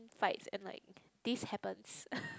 fights and like this happens